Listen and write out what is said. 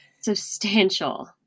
substantial